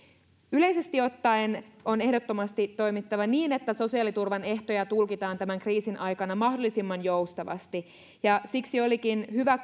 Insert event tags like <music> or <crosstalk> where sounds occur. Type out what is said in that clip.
yleisesti ottaen on ehdottomasti toimittava niin että sosiaaliturvan ehtoja tulkitaan tämän kriisin aikana mahdollisimman joustavasti ja siksi olikin hyvä <unintelligible>